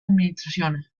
administraciones